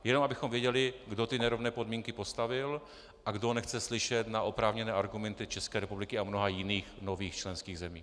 Jenom abychom věděli, kdo nerovné podmínky postavil a kdo nechce slyšet na oprávněné argumenty České republiky a mnoha jiných členských zemí.